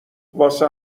واسه